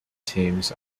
teams